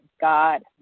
God